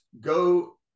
go